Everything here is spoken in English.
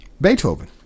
Beethoven